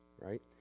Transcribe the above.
Right